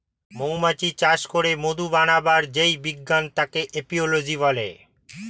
মৌমাছি চাষ করে মধু বানাবার যেই বিজ্ঞান তাকে এপিওলোজি বলে